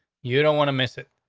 you don't want to miss it.